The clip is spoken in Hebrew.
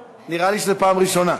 נראה לי שזו פעם ראשונה.